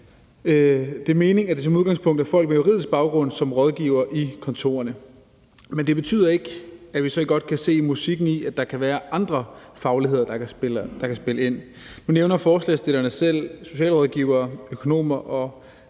det mening, at det som udgangspunkt er folk med juridisk baggrund, som rådgiver i kontorerne. Men det betyder ikke, at vi så ikke godt kan se musikken i, at der kan være andre fagligheder, der kan spille ind. Nu nævner forslagsstillerne selv socialrådgivere, økonomer og